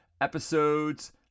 episodes